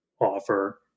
offer